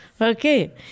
Okay